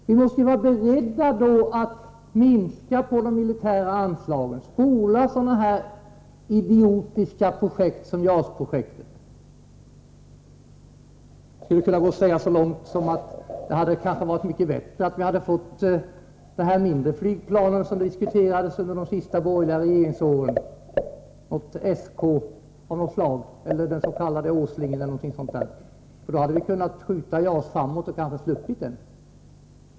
Vi måste vara beredda att minska på de militära anslagen och spola sådana här idiotiska projekt som JAS-projektet. Jag skulle kunna gå så långt som till att säga att det kanske hade varit mycket bättre att vi hade fått de där mindre flygplanen som diskuterades under de sista borgerliga regeringsåren — Sk av något slag eller den s.k. Åslingen. Då hade vi kunnat skjuta JAS framåt och hade kanske sluppit det.